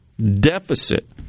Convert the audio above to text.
deficit